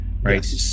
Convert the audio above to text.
Right